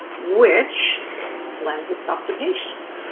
which lends itself to patients.